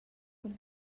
cun